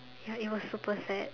ya it was super sad